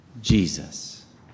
Jesus